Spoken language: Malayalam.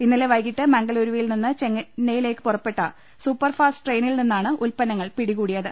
ഇന്നലെ വൈകീട്ട് മംഗളുരുവിൽ നിന്ന് ചെന്നൈയിലേക്ക് പുറപ്പെട്ട സൂപ്പർഫാസ്റ്റ് ട്രെയിനിൽ നിന്നാണ് ഉൽപ്പന്നങ്ങൾ പിടികൂ ടിയത്